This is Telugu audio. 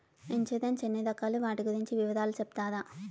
ఇన్సూరెన్సు ఎన్ని రకాలు వాటి గురించి వివరాలు సెప్తారా?